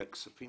שהכספים